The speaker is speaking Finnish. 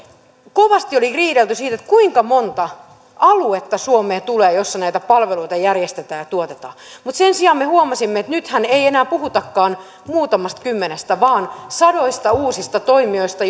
kovasti oli riidelty siitä kuinka monta tällaista aluetta suomeen tulee joissa näitä palveluita järjestetään ja tuotetaan sen sijaan me huomasimme että nythän ei enää puhutakaan muutamasta kymmenestä vaan sadoista uusista toimijoista